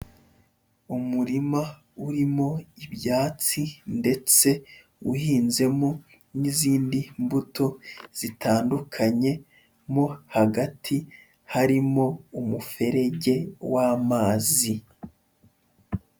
Umurima urimo ibyatsi ndetse uhinzemo n'izindi mbuto zitandukanye mo hagati harimo umuferege w'amazi.